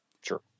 Sure